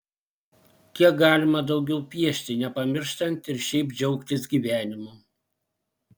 kiek galima daugiau piešti nepamirštant ir šiaip džiaugtis gyvenimu